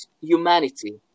humanity